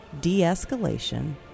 de-escalation